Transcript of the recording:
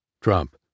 Trump